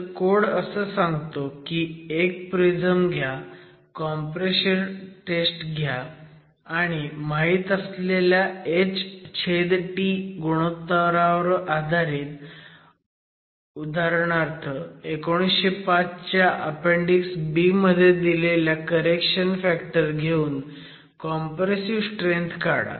तर कोड असं सांगतो की एक प्रिझम घ्या कॉम्प्रेशन टेस्ट घ्या आणि माहीत असलेल्या ht गुणोत्तरावर आधारित उदाहरणार्थ 1905 च्या अपेंडिक्स B मध्ये दिलेल्या करेक्शन फॅक्टर घेऊन कॉम्प्रेसिव्ह स्ट्रेंथ काढा